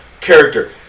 character